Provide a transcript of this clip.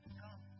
come